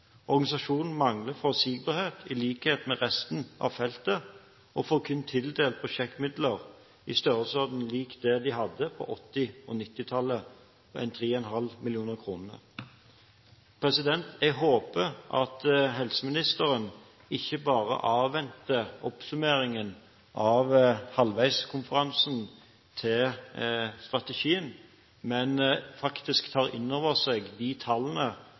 Organisasjonen mangler forutsigbarhet i likhet med resten av feltet. De får kun tildelt prosjektmidler i størrelsesorden lik det de hadde på 1980- og 1990-tallet, ca. 3,5 mill. kr. Jeg håper at helseministeren ikke bare avventer oppsummeringen av halvveiskonferansen til strategien, men faktisk tar inn over seg de tallene